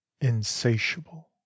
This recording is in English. insatiable